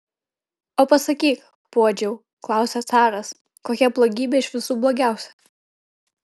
o pasakyk puodžiau klausia caras kokia blogybė iš visų blogiausia